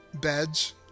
beds